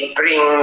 bring